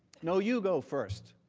no you go first.